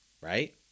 right